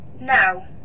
now